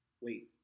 wait